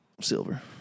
Silver